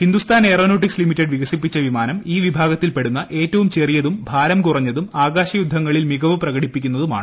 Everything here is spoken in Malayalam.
ഹിന്ദുസ്ഥാൻ എയറോനോട്ടിക് ലിമിറ്റഡ് വികസിപ്പിച്ച വിമാനം ഈ വിഭാഗത്തിൽപ്പെടുന്ന ഏറ്റവും ചെറിയ ഭാരം കുറഞ്ഞതും ആകാശയുദ്ധങ്ങളിൽ മികവ് പ്രകടിപ്പിക്കുന്നതുമാണ്